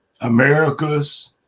Americas